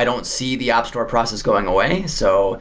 i don't see the app store process going away. so,